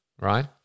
right